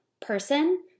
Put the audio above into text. person